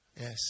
Yes